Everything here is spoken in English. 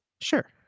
Sure